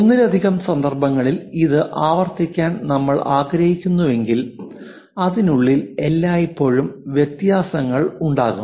ഒന്നിലധികം സന്ദർഭങ്ങളിൽ ഇത് ആവർത്തിക്കാൻ നമ്മൾ ആഗ്രഹിക്കുന്നുവെങ്കിൽ അതിനുള്ളിൽ എല്ലായ്പ്പോഴും വ്യത്യാസങ്ങൾ ഉണ്ടാകും